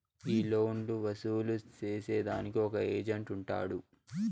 ఈ లోన్లు వసూలు సేసేదానికి ఒక ఏజెంట్ ఉంటాడు